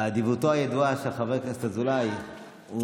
באדיבותו הידועה של חבר הכנסת אזולאי הוא